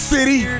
City